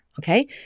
okay